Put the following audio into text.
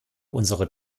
unsere